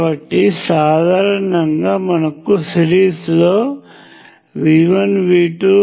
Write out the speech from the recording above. కాబట్టి సాధారణంగామనకు సిరీస్ లో V1 V2